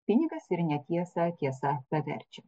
pinigas ir netiesą tiesa paverčia